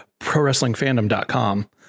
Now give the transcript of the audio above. ProWrestlingFandom.com